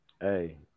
Hey